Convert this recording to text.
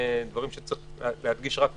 דברים שצריך להדגיש רק בפתיח,